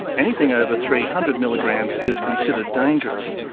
anything over three hundred milligrams is considered dangerous.